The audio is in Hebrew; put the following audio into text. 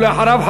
ואחריו,